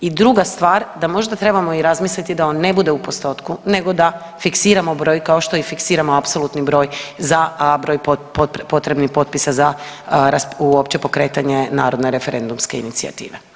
I druga stvar, da možda trebamo i razmisliti da on ne bude u postotku nego da fiksiramo broj kao što i fiksiramo apsolutni broj za broj potrebnih potpisa za uopće pokretanje narodne referendumske inicijative.